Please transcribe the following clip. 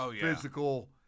physical